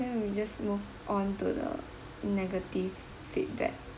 then we just move on to the negative feedback